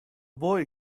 boy